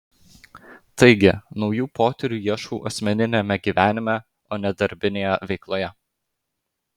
taigi naujų potyrių ieškau asmeniniame gyvenime o ne darbinėje veikloje